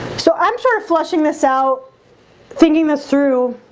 so i'm sort of flushing this out thinking this through